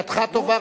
שאלתך טובה,